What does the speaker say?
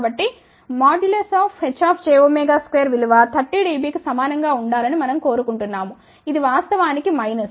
కాబట్టిHjω2విలువ 30 dB కి సమానం గా ఉండాలని మనం కోరుకుంటున్నాము ఇది వాస్తవానికి మైనస్